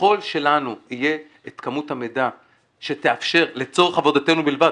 ככל שלנו יהיה את כמות המידע שתאפשר לצורך עבודתנו בלבד,